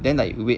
then like wait